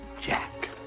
Jack